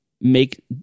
make